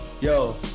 Yo